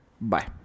Bye